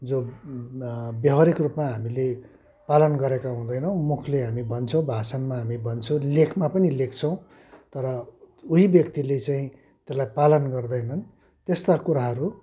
जो व्यवहारिक रूपमा हामीले पालन गरेका हुँदैनौँ मुखले हामी भन्छौँ भाषणमा हामी भन्छौँ लेखमा पनि लेख्छौँ तर उही व्यक्तिले चाहिँ त्यसलाई पालन गर्दैनन् त्यस्ता कुराहरू